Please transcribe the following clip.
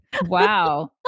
Wow